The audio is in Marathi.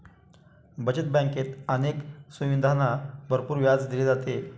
बचत बँकेत अनेक सुविधांना भरपूर व्याज दिले जाते